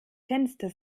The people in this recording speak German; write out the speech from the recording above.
fenster